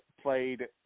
played